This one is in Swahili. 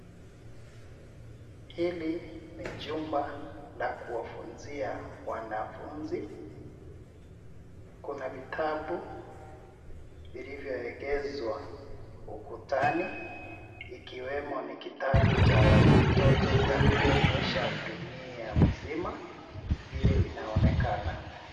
Hili ni jumba la kuwafunzia wanafunzi. Kuna vitabu vilivyoegezwa ukutani, ikiwemo ni kitabu cha watoto cha kuonyesha dunia mzima, vile inaonekana.